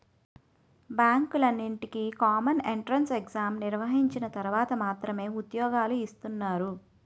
బ్యాంకులన్నింటికీ common entrance exam నిర్వహించిన తర్వాత మాత్రమే ఉద్యోగాలు ఇస్తున్నారు